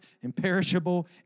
imperishable